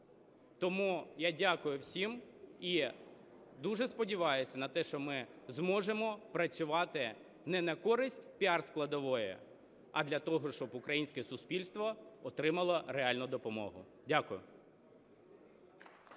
Тому я дякую всім і дуже сподіваюся на те, що ми зможемо працювати не на користь піар-складової, а для того, щоб українське суспільство отримало реальну допомогу. Дякую.